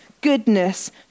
goodness